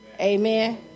Amen